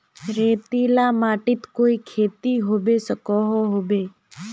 रेतीला माटित कोई खेती होबे सकोहो होबे?